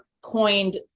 coined